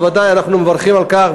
בוודאי אנחנו מברכים על כך,